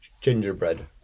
gingerbread